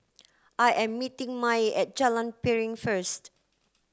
I am meeting Mae at Jalan Piring first